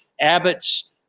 Abbott's